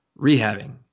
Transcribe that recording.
rehabbing